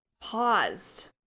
paused